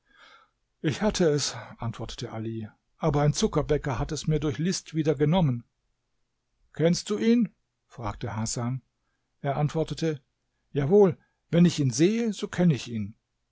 ich hatte es antwortete ali aber ein zuckerbäcker hat es mir durch list wieder genommen kennst du ihn fragte hasan er antwortete jawohl wenn ich ihn sehe so kenne ich ihn